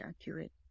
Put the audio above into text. accurate